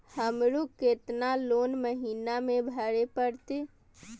हमरो केतना लोन महीना में भरे परतें?